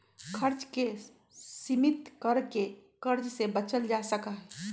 खर्च के सीमित कर के कर्ज से बचल जा सका हई